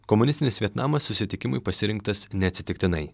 komunistinis vietnamas susitikimui pasirinktas neatsitiktinai